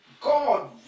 god